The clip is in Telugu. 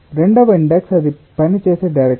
రెండవ ఇండెక్స్ అది పనిచేసే డైరెక్షన్